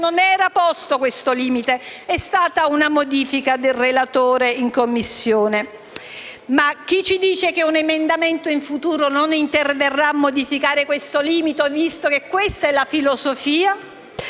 non era posto questo limite: è stata una modifica del relatore in Commissione. Chi ci dice che un emendamento in futuro non interverrà a modificare questo limite, visto che questa è la filosofia?